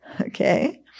Okay